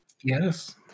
Yes